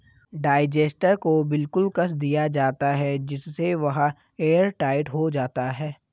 digester को बिल्कुल कस दिया जाता है जिससे वह एयरटाइट हो जाता है